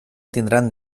tindran